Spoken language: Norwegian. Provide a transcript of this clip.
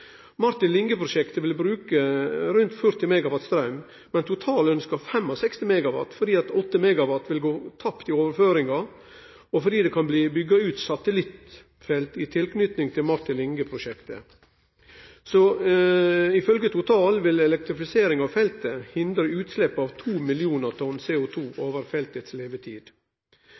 Martin Linge-prosjektet vil bruke rundt 40 MW straum, men Total ønskjer 65 MW fordi 8 MW vil gå tapt i overføringa, og fordi det kan bli bygd ut satelittfelt i tilknyting til Martin Linge-prosjektet. Ifølgje Total vil elektrifiseringa av feltet hindre utslepp av 2 millionar tonn CO2 over feltets levetid.